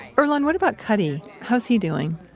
earlonne, what about cutty? how's he doing?